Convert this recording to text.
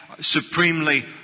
supremely